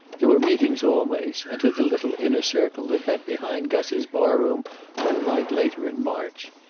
there were meetings always, and to the little inner circle that met behind gus's barroom one night later in march,